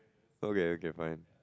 okay okay fine